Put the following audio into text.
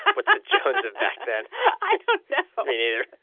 what's the jones of back then? i don't know but me neither.